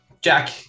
Jack